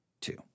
two